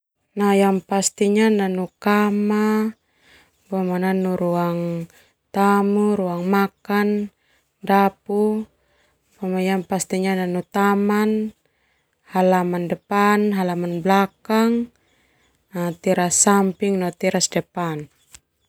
Nah yang pastinya nanu kama, boma nanu ruang tamu, ruang makan, dapur, yang pastinya taman, halaman depan, halaman belakang, teras samping no teras depan.